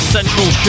Central